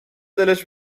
دلش